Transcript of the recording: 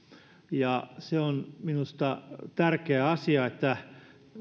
ja se on minusta tärkeä asia että